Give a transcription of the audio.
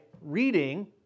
reading